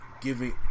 giving